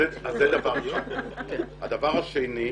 הדבר השני.